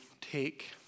take